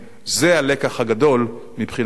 זה הלקח הגדול מבחינתנו.